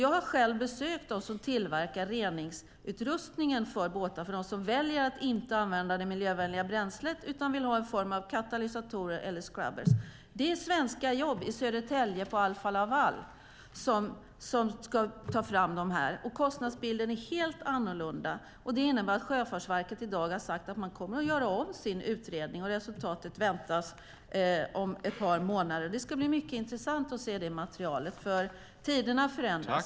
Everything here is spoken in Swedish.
Jag har besökt dem som tillverkar reningsutrustningen för båtar för dem som väljer att inte använda det miljövänliga bränslet utan vill ha någon form av katalysatorer eller scrubbers. Det är svenska jobb på Alfa Laval i Södertälje som ska ta fram dem. Kostnadsbilden är en helt annan. Därför har Sjöfartsverket i dag sagt att man kommer att göra om sin utredning. Resultatet väntas om ett par månader. Det ska bli mycket intressant att se det materialet. Tiderna förändras.